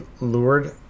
lured